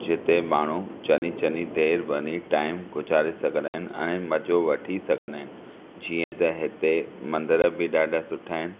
जिते माण्हू चङी चङी देर वञी टाइम गुज़ारे सघंदा आहिनि ऐ मज़ो वठी सघंदा आहिनि जीअं त हिते मंदरु बि ॾाढा सुठा आहिनि